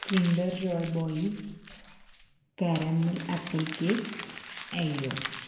kinder joy boys caramel apple cake aero